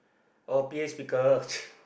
oh p_a speakers